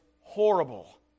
horrible